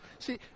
See